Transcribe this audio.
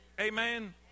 Amen